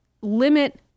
limit